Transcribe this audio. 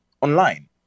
online